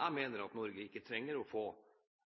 Jeg mener at Norge ikke trenger å få